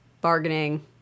bargaining